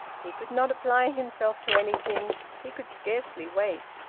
he could not apply himself to anything he could scarcely wait.